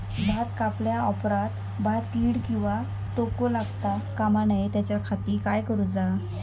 भात कापल्या ऑप्रात भाताक कीड किंवा तोको लगता काम नाय त्याच्या खाती काय करुचा?